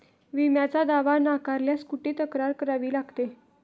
विम्याचा दावा नाकारल्यास कुठे तक्रार करावी लागते?